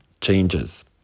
changes